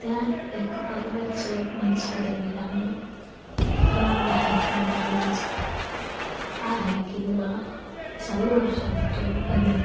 ત્યાં એક પર્વત છે મનસા દેવી નામનો ત્યાં અમે હાઇકિંગ કરેલી છે આ હાઇકિંગમાં ચાલુ વરસાદ હતો અને